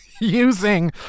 using